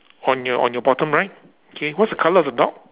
on your on your bottom right okay what's the colour of the dog